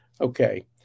Okay